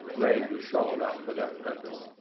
laying the shawl out for that purpose.